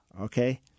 okay